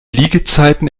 liegezeiten